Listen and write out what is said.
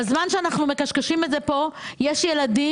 בזמן שאנחנו מקשקשים את זה פה יש ילדים